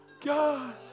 God